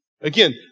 Again